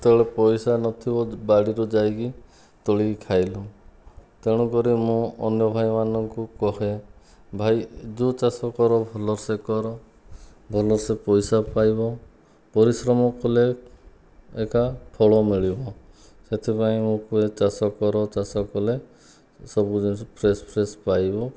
କେତେବେଳେ ପଇସା ନଥିବ ବାଡ଼ିରୁ ଯାଇକି ତୋଳିକି ଖାଇଲୁ ତେଣୁକରି ମୁଁ ଅନ୍ୟ ଭାଇ ମାନଙ୍କୁ କହେ ଭାଇ ଯେଉଁ ଚାଷ କର ଭଲ ସେ କର ଭଲ ସେ ପଇସା ପାଇବ ପରିଶ୍ରମ କଲେ ଏହା ଫଳ ମିଳିବ ସେଥିପାଇଁ କୁହେ ଚାଷ କର ଚାଷ କଲେ ସବୁ ଜିନିଷ ଫ୍ରେସ ଫ୍ରେସ ପାଇବ